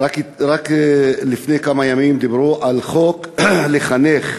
רק לפני כמה ימים דיברו על חוק לחינוך